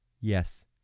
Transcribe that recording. yes